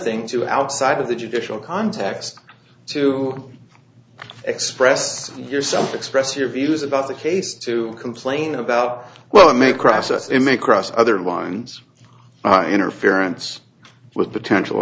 thing too outside of the judicial context to express yourself express your views about the case to complain about well it may cross us it may cross other lines interference with potential